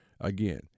again